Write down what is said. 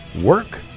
work